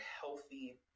healthy